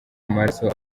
amaraso